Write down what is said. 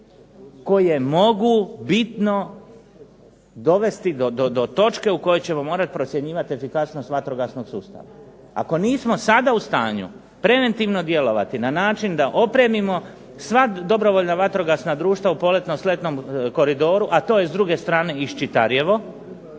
koje mogu bitno dovesti do točke u kojoj ćemo morati procjenjivati efikasnost vatrogasnog sustava. Ako nismo sada u stanju preventivno djelovati na način da opremimo sva dobrovoljna vatrogasna društva u poletno-sletnom koridoru, a to je i s druge strane Ščitarjevo,